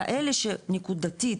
כאלה שנקודתית,